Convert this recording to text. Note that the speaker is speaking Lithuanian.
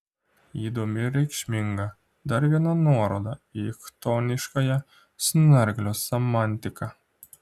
įdomi ir reikšminga dar viena nuoroda į chtoniškąją snarglio semantiką